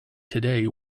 today